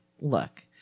look